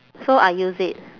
so I use it